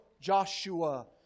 Joshua